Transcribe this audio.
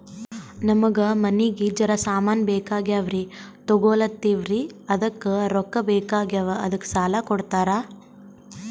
ನಮಗ ಮನಿಗಿ ಜರ ಸಾಮಾನ ಬೇಕಾಗ್ಯಾವ್ರೀ ತೊಗೊಲತ್ತೀವ್ರಿ ಅದಕ್ಕ ರೊಕ್ಕ ಬೆಕಾಗ್ಯಾವ ಅದಕ್ಕ ಸಾಲ ಕೊಡ್ತಾರ?